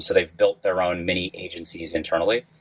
so they've built their own many agencies internally,